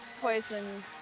poison